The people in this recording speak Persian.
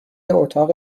اتاق